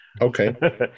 Okay